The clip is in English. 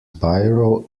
biro